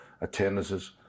attendances